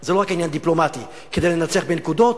זה לא רק עניין דיפלומטי כדי לנצח בנקודות,